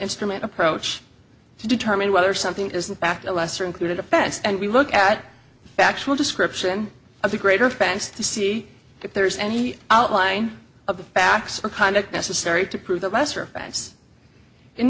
instrument approach to determine whether something is in fact a lesser included offense and we look at the factual description of the greater france to see if there's any outline of the facts or conduct necessary to prove that lesser offense in